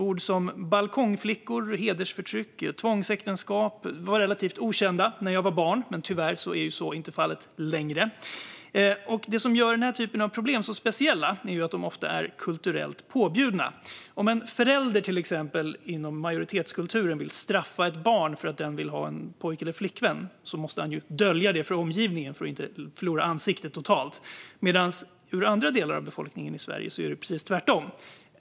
Ord som balkongflickor, hedersförtryck och tvångsäktenskap var relativt okända när jag var barn, men tyvärr är fallet inte längre så. Det som gör problem som dessa speciella är att de ofta är kulturellt påbjudna. Om till exempel en förälder inom majoritetskulturen vill straffa ett barn som vill ha en pojk eller flickvän måste föräldern dölja det för omgivningen för att inte totalt förlora ansiktet. Men i andra delar av Sveriges befolkning är det precis tvärtom.